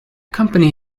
company